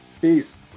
Peace